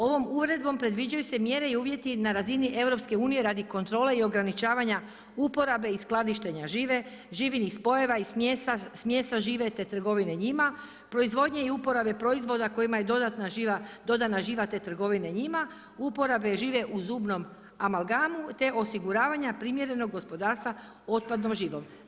Ovom uredbom predviđaju se mjere i uvjeti na razini EU radi kontrole i ograničavanja uporabe i skladištenja žive, živinih spojeva i smjesa žive te trgovine njima, proizvodnje i uporabe proizvoda kojima je dodana živa te trgovine njima, uporabe žive u zubnom amalgamu te osiguravanja primjerenog gospodarstva otpadnom živom.